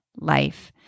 life